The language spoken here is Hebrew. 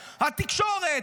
התקשורת,